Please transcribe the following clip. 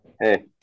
hey